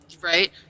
right